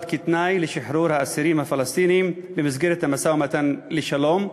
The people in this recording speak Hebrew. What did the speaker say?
כתנאי לשחרור האסירים הפלסטינים במסגרת המשא-ומתן לשלום.